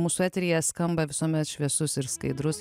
mūsų eteryje skamba visuomet šviesus ir skaidrus